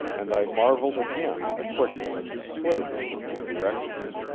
and i marveled again at the quickness and clearness of his directions.